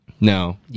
No